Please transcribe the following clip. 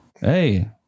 hey